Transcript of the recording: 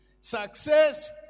success